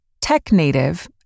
tech-native